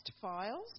Files